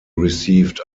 received